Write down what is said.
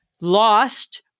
lost